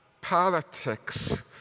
politics